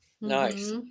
nice